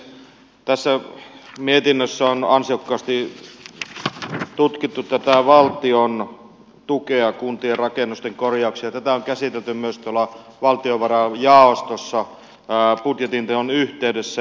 tässä mietinnössä on ansiokkaasti tutkittu tätä valtion tukea kuntien rakennusten korjauksissa ja tätä on käsitelty myös tuolla valtiovarainvaliokunnan jaostossa budjetinteon yhteydessä